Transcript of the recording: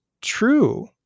true